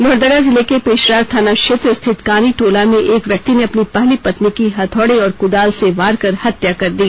लोहरदगा जिले के पेशरार थाना क्षेत्र स्थित कानी टोला में एक व्यक्ति ने अपनी पहली पत्नी की हथौड़े और कुदाल से वार कर हत्या कर दी